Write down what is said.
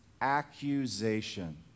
accusation